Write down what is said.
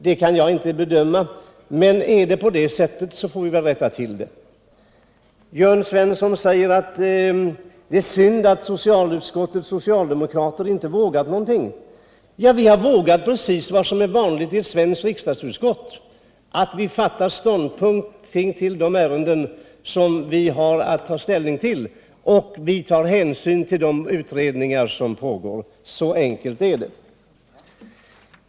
Det kan jag inte bedöma, men är det på det sättet får vi rätta till förhållandet. Jörn Svensson sade att det är synd att socialutskottets socialdemokrater inte vågat någonting. Vi har vågat precis det som är vanligt i ett svenskt riksdagsutskott: att fatta ståndpunkt i de ärenden som vi har att ta ställning till, varvid vi tar hänsyn till de utredningar som pågår. Så enkelt är det.